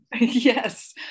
Yes